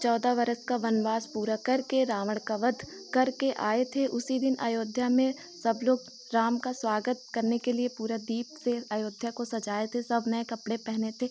चौदह वर्ष का वनवास पूरा करके रावण का वध करके आए थे उसी दिन अयोध्या में सब लोग राम का स्वागत करने के लिए पूरा दीप से अयोध्या को सजाए थे सब नए कपड़े पहने थे